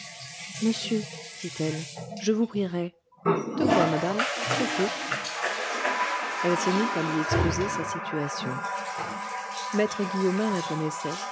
monsieur dit-elle je vous prierais de quoi madame j'écoute elle se mit à lui exposer sa situation maître guillaumin la connaissait